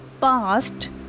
past